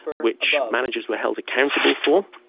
which managers were held accountable for,